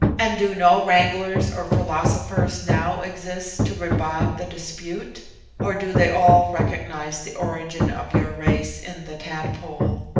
and do no wranglers or philosophers now exist to revive the dispute or do they all recognise the origin of your race in the tadpole?